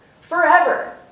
forever